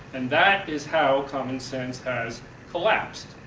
and that is how common sense has collapsed.